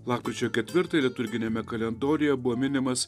lapkričio ketvirtąją liturginiame kalendoriuje buvo minimas